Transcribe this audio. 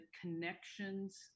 connections